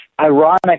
ironic